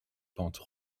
pentes